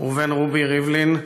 ראובן רובי ריבלין,